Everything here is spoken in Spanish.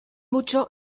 mucho